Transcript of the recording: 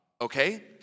okay